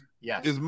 Yes